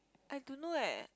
I don't know eh